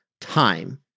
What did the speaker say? time